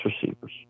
receivers